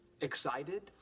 excited